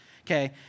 Okay